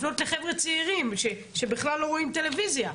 לחבר'ה צעירים, שבכלל לא רואים טלויזיה,